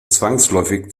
zwangsläufig